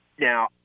now